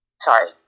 sorry